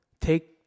take